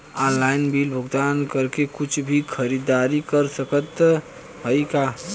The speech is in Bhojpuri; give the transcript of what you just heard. ऑनलाइन बिल भुगतान करके कुछ भी खरीदारी कर सकत हई का?